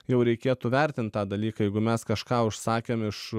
jau reikėtų vertint tą dalyką jeigu mes kažką užsakėm iš